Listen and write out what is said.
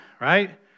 right